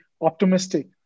optimistic